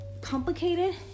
complicated